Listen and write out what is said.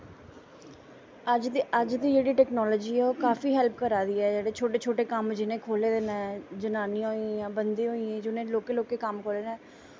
अज्ज दी जेह्ड़ी टैकनॉलजी ऐ काफी हैल्प करा दी ऐ शोटे शोटे कम्म जि'नैं खोह्ले दे नै जनानियां होईयां बंदे होईये जि'नें लौह्के लौह्के कम्म खोह्ले दे नै